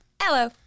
Hello